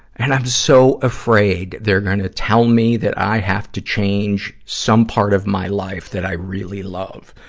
and i'm so afraid they're gonna tell me that i have to change some part of my life that i really love.